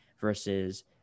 versus